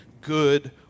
good